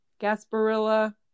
Gasparilla